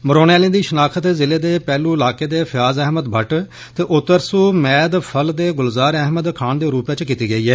मरोने आलें दी शनाख्त जिले दे पहलु इलाके दे फयाज अहमद भट्ट ते उत्तरसू मैदफल्ल दे गुलजार अहमद खान दे रूपै च कीती गेई ऐ